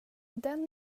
den